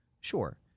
Sure